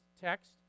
text